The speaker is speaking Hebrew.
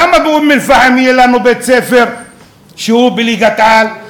למה באום-אלפחם יהיה לנו בית-ספר שהוא בליגת-העל?